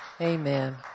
Amen